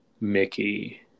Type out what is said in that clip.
Mickey